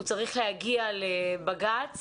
צריך להגיע לבג"צ